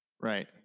Right